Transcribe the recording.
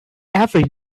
every